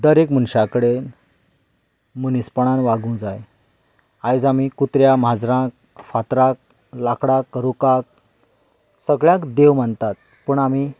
दर एक मनशा कडेन मनीसपणान वागूंक जाय आयज आमीं कुत्र्या माजराक फातराक लाकडाक रुखाक सगळ्यांक देव मानतात पूण आमीं